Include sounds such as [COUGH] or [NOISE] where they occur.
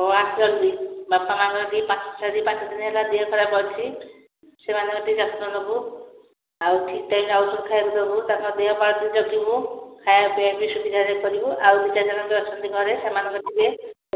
ହଁ ଆସେ ଜଲ୍ଦି ବାପା ମାଆଙ୍କର ଦୁଇ ମାସ [UNINTELLIGIBLE] ଉପରେ ହେଲା ଦେହ ଖରାପ ଅଛି ସେମାନଙ୍କର ଟିକେ ଯତ୍ନ ନେବୁ ଆଉ ଠିକ୍ ଟାଇମରେ ଔଷଧ ଖାଇବାକୁ ଦେବୁ ତାଙ୍କ ଦେହପାହ ଟିକେ ଜଗିବୁ ଖାଇବା ପିଇବାକୁ ବି ସୁବିଧାରେ କରିବୁ ଆଉ ଦୁଇ ଚାରି ଜଣ ଲୋକ ଅଛନ୍ତି ଘରେ ସେମାନଙ୍କର ସବୁ